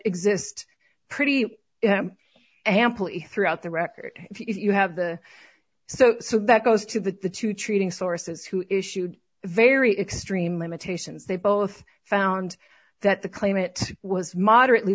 exist pretty ample throughout the record if you have the so so that goes to the the two treating sources who issued very extreme limitations they both found that the claim it was moderately